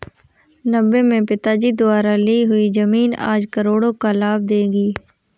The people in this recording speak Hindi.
नब्बे में पिताजी द्वारा ली हुई जमीन आज करोड़ों का लाभ देगी